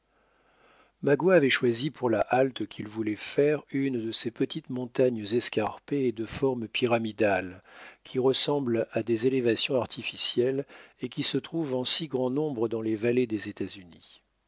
magua avait choisi pour la halte qu'il voulait faire une de ces petites montagnes escarpées et de forme pyramidale qui ressemblent à des élévations artificielles et qui se trouvent en si grand nombre dans les vallées des états-unis